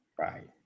Right